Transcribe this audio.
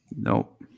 Nope